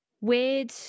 Weird